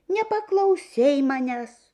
nepaklausei manęs